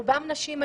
רובן נשים,